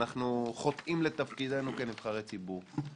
אנחנו חוטאים לתפקידנו כנבחרי ציבור.